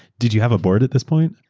did you have a board at this point?